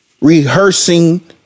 rehearsing